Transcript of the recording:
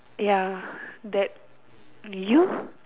ya that you